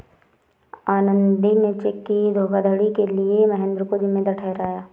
आनंदी ने चेक की धोखाधड़ी के लिए महेंद्र को जिम्मेदार ठहराया